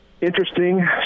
interesting